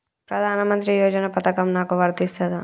ప్రధానమంత్రి యోజన పథకం నాకు వర్తిస్తదా?